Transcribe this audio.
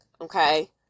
okay